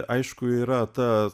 aišku yra ta